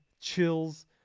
chills